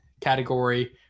category